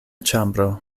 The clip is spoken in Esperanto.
ĉambro